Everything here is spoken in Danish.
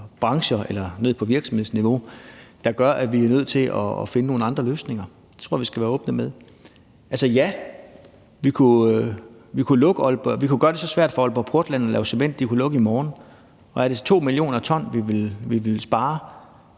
brancher eller ned på virksomhedsniveau, der gør, at vi er nødt til at finde nogle andre løsninger. Det tror jeg vi skal være åbne med. Altså, ja, vi kunne gøre det så svært for Aalborg Portland at lave cement, at de ville lukke i morgen. Er det så 2 mio. t CO2, vi ville spare?